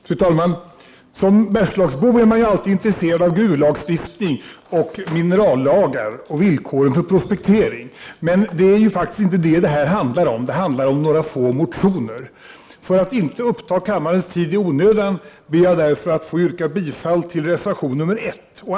Fru talman! Som bergslagsbo är man ju alltid intresserad av gruvlagstiftning och minerallagar och villkoren för prospektering. Men det är faktiskt inte detta ärendet handlar om. Det handlar om några få motioner. För att inte uppta kammarens tid i onödan ber jag därför att få yrka bifall till reservation 1.